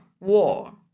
war